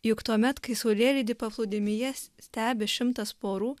juk tuomet kai saulėlydį paplūdimyje stebi šimtas porų